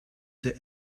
the